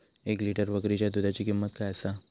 एक लिटर बकरीच्या दुधाची किंमत काय आसा?